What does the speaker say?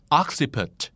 occiput